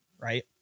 Right